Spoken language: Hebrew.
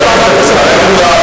חבר הכנסת והבה.